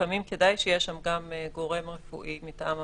לפעמים כדאי שיהיה שם גם גורם רפואי מטעם המדינה.